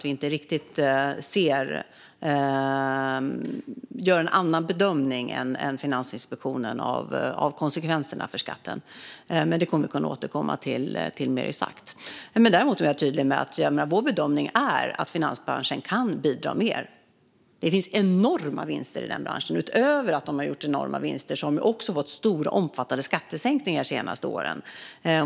Vi gör en annan bedömning än Finansinspektionen av konsekvenserna av skatten, men det kan vi återkomma till mer exakt. Jag har varit tydlig med att vår bedömning är att finansbranschen kan bidra mer. Det finns enorma vinster i den branschen. Utöver att den har gjort enorma vinster har den också fått stora, omfattande skattesänkningar de senaste åren.